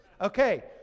okay